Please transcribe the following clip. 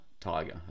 tiger